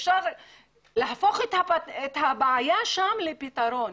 אפשר להפוך את הבעיה שם לפתרון